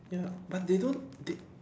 ya but they don't they